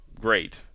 great